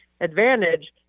advantage